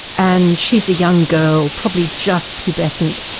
and she's a young girl probably just pubescent,